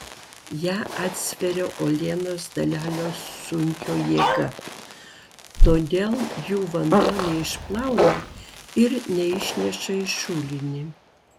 ją atsveria uolienos dalelių sunkio jėga todėl jų vanduo neišplauna ir neišneša į šulinį